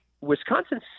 Wisconsin